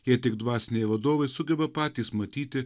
jie tik dvasiniai vadovai sugeba patys matyti